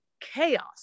chaos